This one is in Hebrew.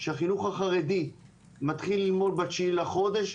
שהחינוך החרדי מתחיל ללמוד ב-9 לחודש,